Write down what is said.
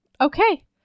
okay